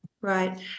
right